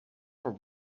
for